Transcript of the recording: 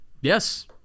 Yes